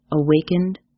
awakened